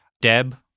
Deb